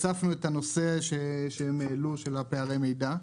הצפנו את הנושא שהם העלו של פערי המידע.